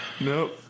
Nope